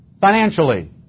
financially